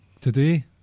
today